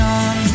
on